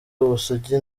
ubusugi